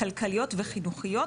כלכליות וחינוכיות,